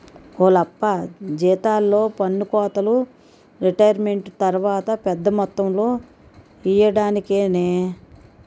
ఓలప్పా జీతాల్లో పన్నుకోతలు రిటైరుమెంటు తర్వాత పెద్ద మొత్తంలో ఇయ్యడానికేనే